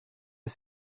est